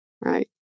Right